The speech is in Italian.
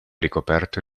ricoperto